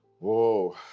Whoa